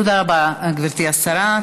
תודה רבה, גברתי השרה.